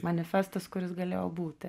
manifestas kuris galėjo būti